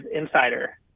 Insider